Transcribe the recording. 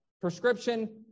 Prescription